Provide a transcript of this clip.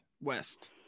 west